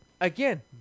again